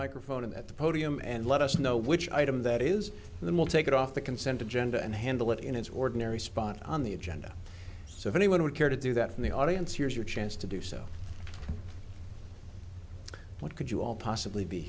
microphone and at the podium and let us know which item that is in the mall take it off the consent agenda and handle it in his ordinary spot on the agenda so if anyone would care to do that from the audience here is your chance to do so what could you all possibly be